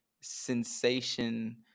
sensation